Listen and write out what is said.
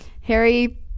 Harry